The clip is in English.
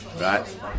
right